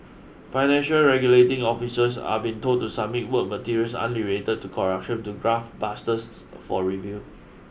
financial regulating officials are being told to submit work materials unrelated to corruption to graft busters for review